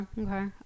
okay